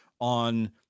on